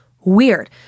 weird